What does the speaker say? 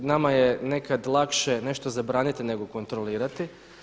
Nama je nekad lakše nešto zabraniti nego kontrolirati.